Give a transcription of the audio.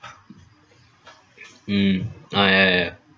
mm ah ya ya ya